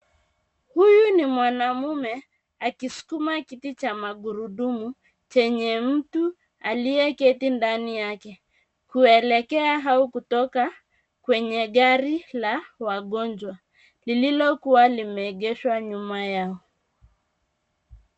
Huyu ni mwanamume akisukuma kiti cha magurudumu chenye mtu ameketi ndani yake, akielekea kwenye jengo kupitia lango kuu, kutoka kwa gari la wagonjwa lililogezwa nyuma yao.